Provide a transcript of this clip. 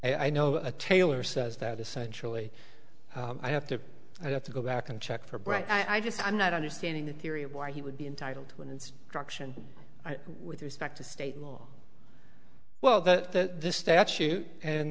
time i know a tailor says that essentially i have to i have to go back and check for brain i just i'm not understanding the theory of why he would be entitled to an instruction with respect to state law well that this statute